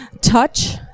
touch